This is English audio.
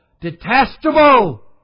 detestable